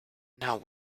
now